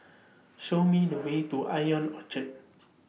Show Me The Way to Ion Orchard